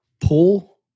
pull